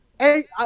Hey